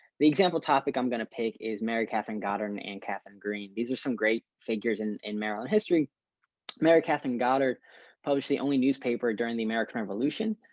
the example topic i'm going to pick is mary catherine gotten and and catherine green. these are some great figures in in maryland. history mary catherine goddard post. the only newspaper during the american revolution.